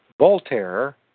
Voltaire